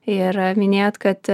ir minėjot kad